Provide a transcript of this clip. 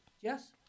Yes